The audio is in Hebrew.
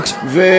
בבקשה.